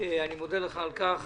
אני מודה לך על כך.